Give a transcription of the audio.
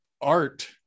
art